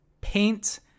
paint